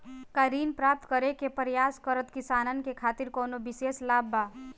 का ऋण प्राप्त करे के प्रयास करत किसानन के खातिर कोनो विशेष लाभ बा